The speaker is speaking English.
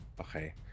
Okay